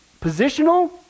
Positional